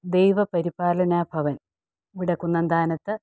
ദൈവ പരിപാലന ഭവൻ ഇവിടെ കുന്നംന്താനത്ത്